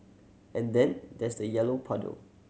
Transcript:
and then there's the yellow puddle